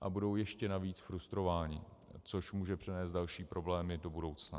a budou ještě navíc frustrovaní, což může přinést další problémy do budoucna.